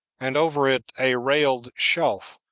and over it a railed shelf,